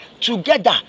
together